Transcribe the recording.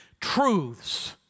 truths